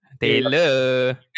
Taylor